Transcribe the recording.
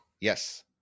Yes